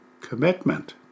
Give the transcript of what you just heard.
commitment